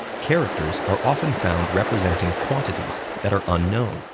characters are often found representing quantities that are unknown,